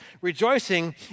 rejoicing